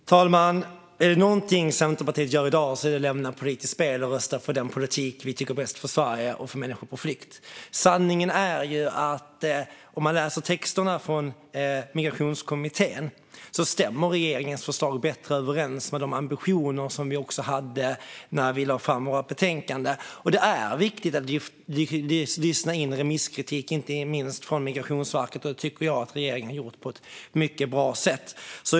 Fru talman! Är det någonting Centerpartiet gör i dag är det att lämna politiskt spel och rösta för den politik vi tycker är bäst för Sverige och för människor på flykt. Sanningen är ju att om man läser texterna från Migrationskommittén ser man att regeringens förslag stämmer bättre överens med de ambitioner vi hade när vi lade fram vårt betänkande. Det är viktigt att lyssna in remisskritik, inte minst från Migrationsverket, och det tycker jag att regeringen har gjort på ett mycket bra sätt.